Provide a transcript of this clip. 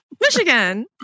Michigan